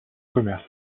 commerce